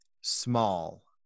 small